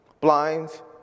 blinds